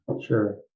Sure